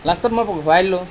লাষ্টত মই ঘূৰাই দিলোঁ